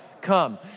Come